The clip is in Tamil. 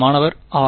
மாணவர் r